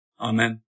Amen